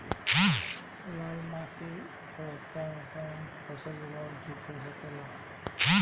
लाल माटी पर कौन फसल के उपजाव ठीक हो सकेला?